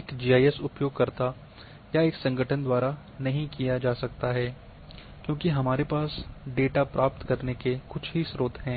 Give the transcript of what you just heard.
एक जीआईएस उपयोगकर्ताओं या एक संगठन द्वारा नहीं किया जा सकता है क्योंकि हमारे पास डेटा प्राप्त करने के कुछ ही स्रोत हैं